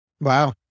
Wow